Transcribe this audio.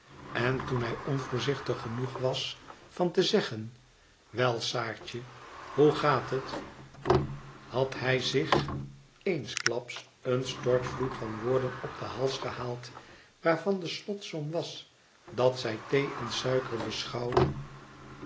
n toen hij onvoorzichtig genoeg was van te zeggen wel saartje hoe gaat het had hij zich eensklaps een stortvloed van woorden op den hals gehaald waarvan de slotsom was dat zij thee en suiker beschouwde